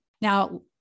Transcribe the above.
now